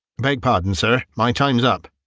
beg pardon, sir my time's up.